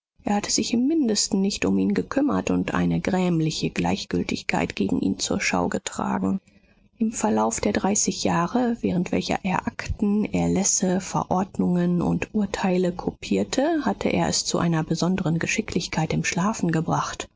er hatte sich im mindesten nicht um ihn gekümmert und eine grämliche gleichgültigkeit gegen ihn zur schau getragen im verlauf der dreißig jahre während welcher er akten erlässe verordnungen und urteile kopierte hatte er es zu einer besonderen geschicklichkeit im schlafen gebracht